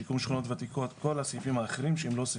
שיקום שכונות ותיקות וכל הסעיפים האחרים שהם לא סבסוד.